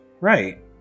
right